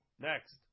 Next